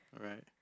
Right